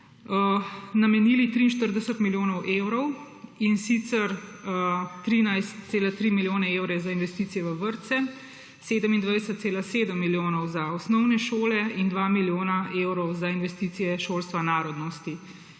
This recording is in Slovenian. namenili 43 milijonov evrov, in sicer 13,3 milijona evrov za investicije v vrtce, 27,7 milijona za osnovne šole in 2 milijona evrov za investicije šolstva narodnosti.